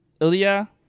Ilya